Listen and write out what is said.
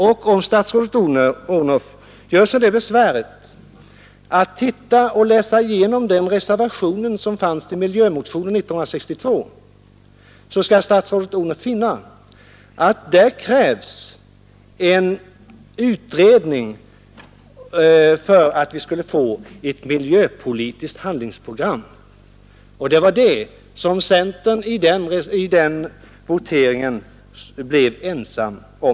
och om statsrådet Odhnoff gör sig besväret att läsa igenom den reservation som fanns till utlåtandet över miljömotionen 1962, så skall statsrådet Odhnoff finna att där krävdes en utredning för att vi skulle få ett miljöpolitiskt handlingsprogram. Det var detta som centern i voteringen vid det tillfället blev ensam om.